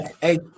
hey